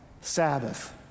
Sabbath